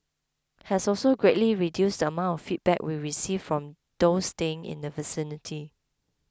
has also greatly reduced the amount of feedback we received from those staying in the vicinity